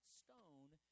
stone